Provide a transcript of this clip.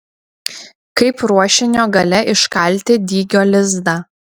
kaip ruošinio gale iškalti dygio lizdą